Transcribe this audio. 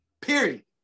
Period